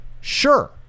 sure